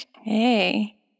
Okay